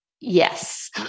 Yes